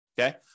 okay